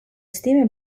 stime